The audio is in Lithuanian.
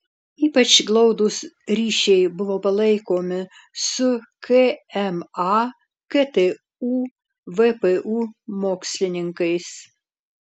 ypač glaudūs ryšiai buvo palaikomi su kma ktu vpu mokslininkais